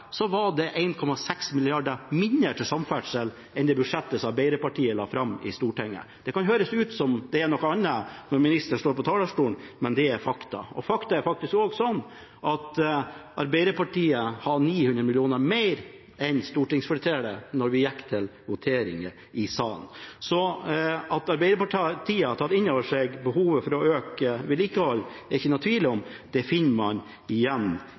så vil jeg minne om at da budsjettet ble lagt fram fra Høyre og Fremskrittspartiet, var det 1,6 mrd. kr mindre til samferdsel enn i det budsjettet som Arbeiderpartiet la fram i Stortinget. Det kan høres ut som om det er noe annet når ministeren står på talerstolen, men det er fakta. Et faktum er det også at Arbeiderpartiet hadde 900 mill. kr mer enn stortingsflertallet da vi gikk til votering i salen. Så at Arbeiderpartiet har tatt inn over seg behovet for å øke vedlikehold, er det ikke noen tvil om.